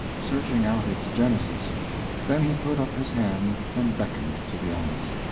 searching out its genesis then he put up his hand and beckoned to the aunts.